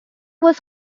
was